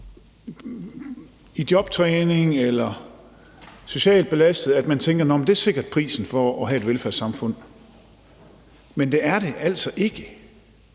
i jobtræning eller socialt belastede, at vi tænker: Nå, men det er sikkert prisen for at have et velfærdssamfund. Men det er det altså ikke.